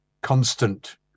constant